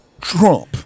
Trump